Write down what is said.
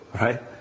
right